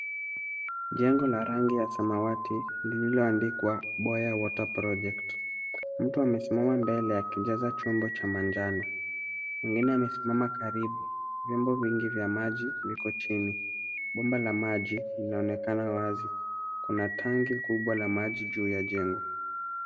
Jengo la rangi ya samawati lililoandikwa Boya water project .Mtu amesimama mbele akijaza chombo cha manjano. Mwingine amesimama karibu. Vyombo vingi vya maji viko chini. Bomba la maji linaonekana wazi. Kuna tangi kubwa la maji juu ya jengo.